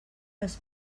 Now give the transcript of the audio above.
les